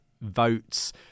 votes